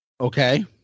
okay